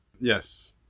yes